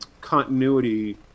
continuity